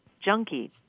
junkie